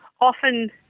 often